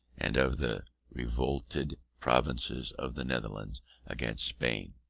and of the revolted provinces of the netherlands against spain,